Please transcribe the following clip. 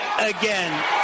again